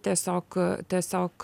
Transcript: tiesiog tiesiog